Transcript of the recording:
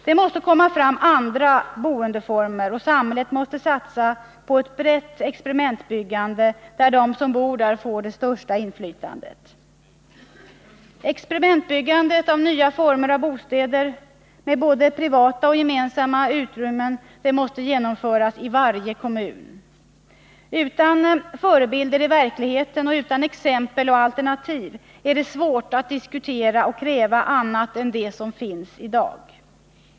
Det måste komma fram andra boendeformer och samhället måste satsa på ett brett experimentbyggande, där de boende får det största inflytandet. Experimentbyggandet av nya former av bostäder med både privata och gemensamma utrymmen måste genomföras i varje kommun. Utan förebilder i verkligheten och utan exempel och alternativ är det svårt att diskutera och kräva annat än det som finns i dag.